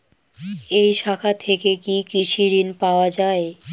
এই শাখা থেকে কি কৃষি ঋণ পাওয়া যায়?